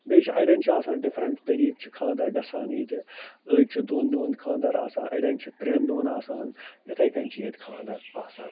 بیٚیہِ چھِ اَڑٮ۪ن چھِ آسان ڈِفرَنٛٹ طریٖقہٕ چھِ خانٛدَر گژھان ییٚتہِ أڑۍ چھِ دۄن دۄہَن خانٛدَر آسان اَڑٮ۪ن چھِ ترٛٮ۪ن دۄہَن آسان یِتھَے کٔنۍ چھِ ییٚتہِ خانٛدَر آسان